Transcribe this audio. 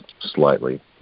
slightly